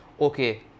Okay